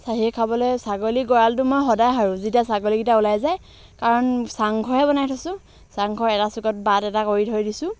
চাঁহিয়ে খাবলৈ ছাগলী গঁৰালটো মই সদায় সাৰোঁ যেতিয়া ছাগলীকেইটা ওলাই যায় কাৰণ চাংঘৰহে বনাই থৈছোঁ চাংঘৰ এটা চুকত বাট এটা কৰি থৈ দিছোঁ